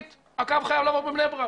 הקו חייב לעבור בבני ברק